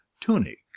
tunic